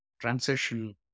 transition